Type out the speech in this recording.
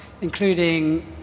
including